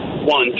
One